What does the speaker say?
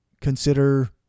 consider